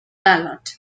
ballot